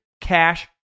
Cash